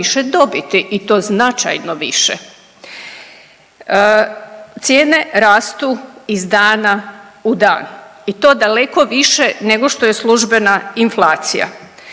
više dobiti i to značajno više. Cijene rastu iz dana u dan i to daleko više nego što je službena inflacija.